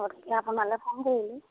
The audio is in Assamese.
অঁ তেতিয়া আপোনালে ফোন কৰিলোঁ